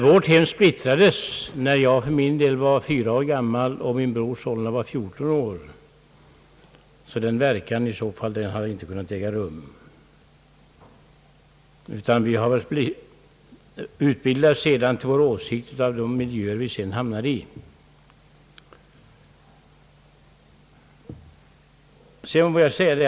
Vårt hem splittrades när jag var fyra år och min bror fjorton år gammal, så någon sådan påverkan har sålunda inte kunnat äga rum. Vi har utformat våra åsikter i de miljöer där vi sedan hamnade.